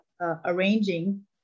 arranging